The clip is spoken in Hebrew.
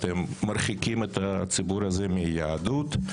אתם מרחיקים את הציבור הזה מהיהדות.